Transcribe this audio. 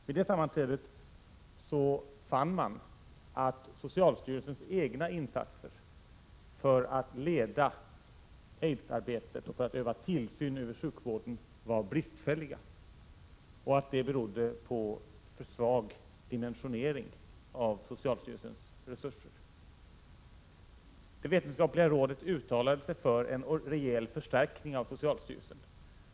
Vid det sammanträdet fann man att socialstyrelsens egna insatser för att leda aidsarbetet och för att utöva tillsyn över sjukvården var bristfälliga. Det berodde på för svag dimensionering av socialstyrelsens resurser. Det vetenskapliga rådet uttalade sig för en rejäl förstärkning av socialstyrelsen.